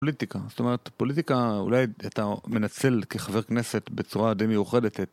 פוליטיקה, זאת אומרת, פוליטיקה אולי הייתה מנצלת כחבר כנסת בצורה די מיוחדת.